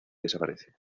desaparece